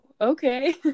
okay